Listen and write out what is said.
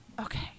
okay